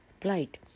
plight